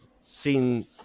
seen